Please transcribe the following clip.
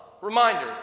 reminder